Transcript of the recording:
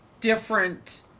different